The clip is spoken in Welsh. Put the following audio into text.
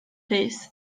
rhys